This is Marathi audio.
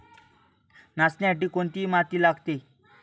नाचणीसाठी कोणती माती लागते?